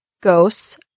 ghosts